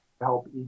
help